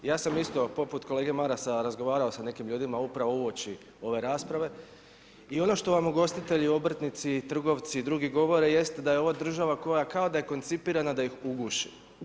Ja sam isto poput kolege Marasa razgovarao sa nekim ljudima upravo uoči ove rasprave i ono što vam ugostitelji, obrtnici, trgovci i drugi govore jest da je ova država koja kao da je koncipirana da ih uguši.